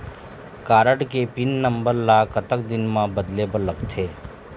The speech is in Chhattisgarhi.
कारड के पिन नंबर ला कतक दिन म बदले बर लगथे?